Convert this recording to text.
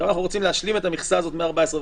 עכשיו אנחנו רוצים להשלים את המכסה הזאת מ-14,500.